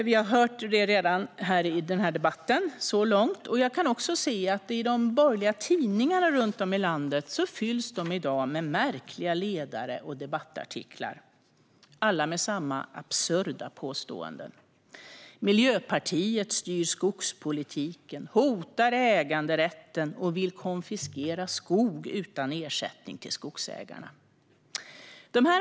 Vi har hört det i debatten så här långt. De borgerliga tidningarna runt om i landet fylls i dag av märkliga ledare och debattartiklar, alla med samma absurda påståenden: Miljöpartiet styr skogspolitiken, hotar äganderätten och vill konfiskera skog utan ersättning till skogsägarna.